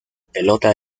pelota